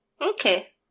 Okay